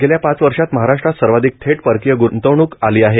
गेल्या पाच वर्षांत महाराष्ट्रात सर्वाधिक थेट परकीय ग्रंतवणूक आली आहे